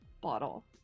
bottle